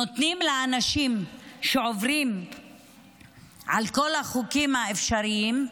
נותנים לאנשים שעוברים על כל החוקים האפשריים,